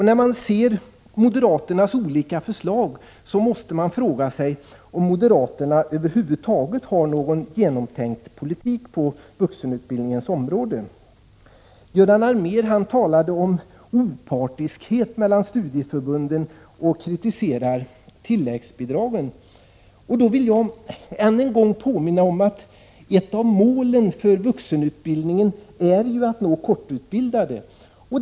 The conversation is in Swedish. När man läser moderaternas olika förslag måste 143 man fråga sig om moderaterna över huvud taget har någon genomtänkt politik på vuxenutbildningens område. Göran Allmér talade om opartiskhet mellan studieförbunden och kritiserade tilläggsbidragen. Då vill jag än en gång påminna om att ett av målen för vuxenutbildningen är att nå de kortutbildade.